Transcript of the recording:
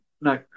No